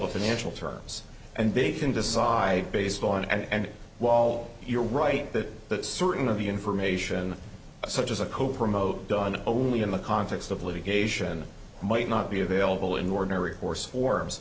the financial terms and big can decide based on and wall you're right that that certain of the information such as a co promote gone only in the context of litigation might not be available in the ordinary course or